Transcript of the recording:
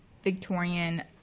victorian